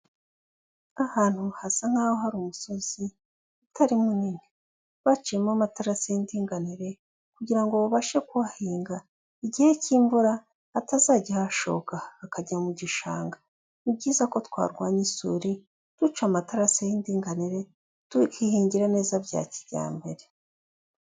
Ahantu hasa nkaho hari umusozi utari munini, baciyemo amaterasi y'indinganire kugira ngo babashe kuhahinga igihe k'imvura hatazajya hashoka hakajya mu gishanga, ni byiza ko twarwanya isuri duca amatarasi y'indinganire, tukihingira neza bya kijyambere.